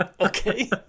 Okay